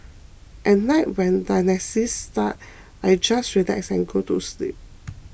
at night when dialysis starts I just relax and go to sleep